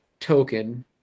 token